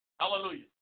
Hallelujah